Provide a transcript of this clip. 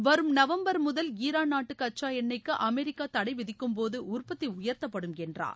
வரும் நவம்பர் முதல் ஈரான் நாட்டு கச்சா எண்ணெய்க்கு அமெரிக்கா தடை விதிக்கும்போது உற்பத்தி உயர்த்ப்படும் என்றார்